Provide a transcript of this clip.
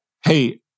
hey